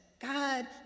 God